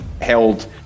held